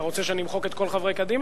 אתה רוצה שאני אמחק את כל חברי קדימה?